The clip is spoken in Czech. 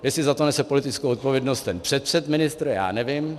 Jestli za to nese politickou odpovědnost ten přepředministr, já nevím.